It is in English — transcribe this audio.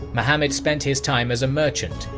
muhammad spent his time as a merchant,